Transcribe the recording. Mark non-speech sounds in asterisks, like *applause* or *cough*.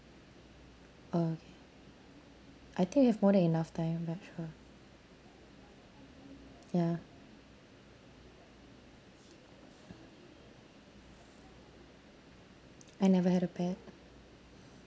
okay I think we have more than enough time ya sure ya *noise* I never had a pet *breath*